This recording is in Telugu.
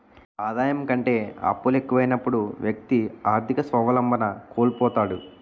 ఆదాయం కంటే అప్పులు ఎక్కువైనప్పుడు వ్యక్తి ఆర్థిక స్వావలంబన కోల్పోతాడు